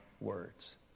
words